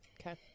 Okay